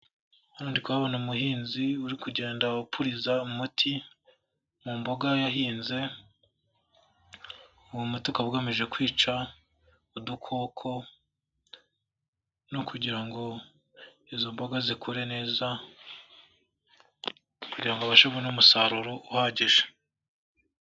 Hano ndi kuhabona umuhinzi uri kugenda upuriza umuti, mumboga yahinze. Uwo muti ukaba ugamije kwica, udukoko, no kugirango izo mboga zikure neza, kugirango abashe kubona umusaruro uhagije.